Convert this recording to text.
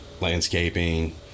landscaping